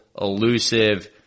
elusive